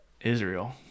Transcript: Israel